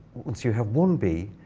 once you have one bee,